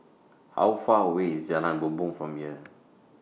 How Far away IS Jalan Bumbong from here